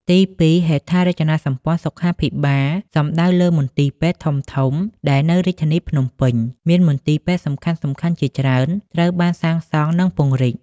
ទីពីរ ហេដ្ឋារចនាសម្ព័ន្ធសុខាភិបាល សំដៅលើមន្ទីរពេទ្យធំៗដែលនៅរាជធានីភ្នំពេញ មានមន្ទីរពេទ្យសំខាន់ៗជាច្រើនត្រូវបានសាងសង់ និងពង្រីក។